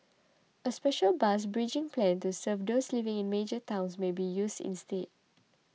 a special bus bridging plan to serve those living in major towns may be used instead